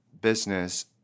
business